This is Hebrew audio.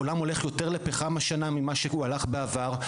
העולם הולך יותר לפחם השנה ממה שהוא הלך בעבר.